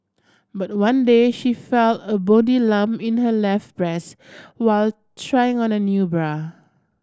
but one day she felt a bony lump in her left breast while trying on a new bra